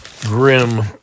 grim